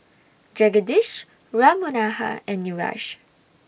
Jagadish Ram Manohar and Niraj